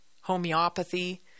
homeopathy